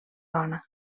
dona